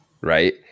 right